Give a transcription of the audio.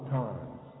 times